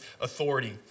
authority